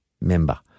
member